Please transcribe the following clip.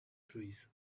trees